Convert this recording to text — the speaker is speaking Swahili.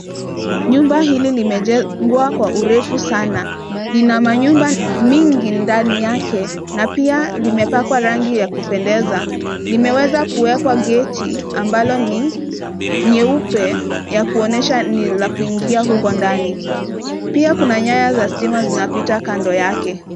Nyumba hili limejengwa kwa urefu sana lina manyumba mingi ndani yake na pia limepakwa rangi ya kupendeza, limeweza kuwekwa gati ambalo ni nyeupe ya kuonyesha ni la kuingia huko ndani pia kuna nyaya za stima zinapita kando yake.